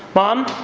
mom,